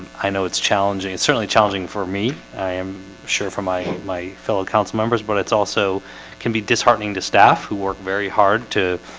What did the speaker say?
i know it's challenging. it's certainly challenging for me i am sure for my my fellow council members, but it's also can be disheartening to staff who work very hard to